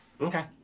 okay